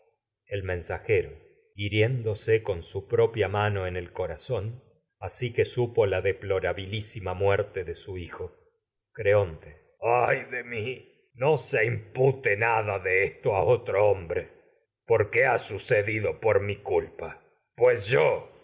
su mensajero hiriéndose con propia mano en corazón asi hijo que supo la deplorabilísima muerte de su creonte otro ay de mí no se impute nada de esto a hombre porque ha sucedido por mi culpa pues yo